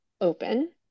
open